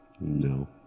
no